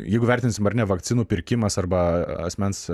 jeigu vertinsim ar ne vakcinų pirkimas arba asmens